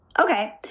okay